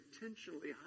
intentionally